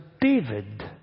David